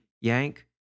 Yank